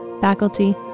faculty